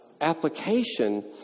application